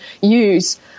use